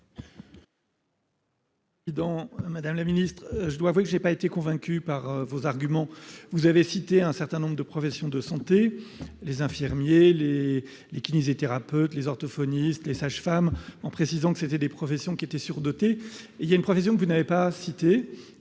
Madame la ministre, je dois avouer que je n'ai pas été convaincu par vos arguments. Vous avez cité un certain nombre de professions de santé : les infirmiers, les kinésithérapeutes, les orthophonistes, les sages-femmes, en précisant que ces professions étaient surdotées. Il y en a une que vous n'avez pas citée